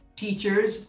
teachers